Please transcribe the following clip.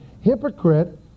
hypocrite